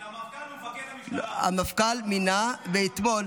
זה אוטומטית, המפכ"ל הוא מפקד המשטרה.